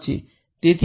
તેથીx છે